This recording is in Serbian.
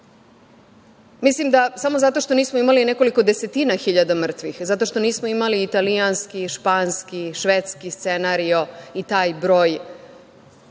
Mislim da samo zato što nismo imali nekoliko desetina hiljada mrtvih, zato što nismo imali italijanski, španski, švedski scenario i taj broj